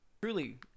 Truly